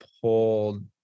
pulled